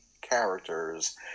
characters